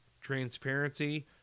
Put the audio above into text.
Transparency